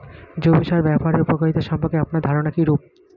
জৈব সার ব্যাবহারের উপকারিতা সম্পর্কে আপনার ধারনা কীরূপ?